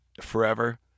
Forever